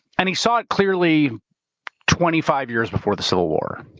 and he saw it clearly twenty five years before the civil war.